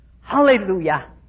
Hallelujah